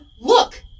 look